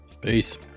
Peace